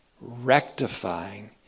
rectifying